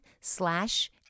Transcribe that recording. slash